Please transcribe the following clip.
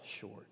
short